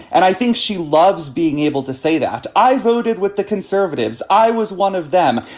and i think she loves being able to say that. i voted with the conservatives. i was one of them.